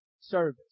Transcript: service